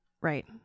Right